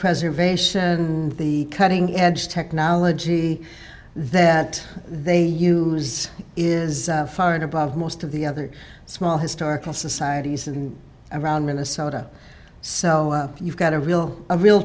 preservation and the cutting edge technology that they use is far and above most of the other small historical societies in and around minnesota so you've got a real a real